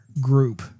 group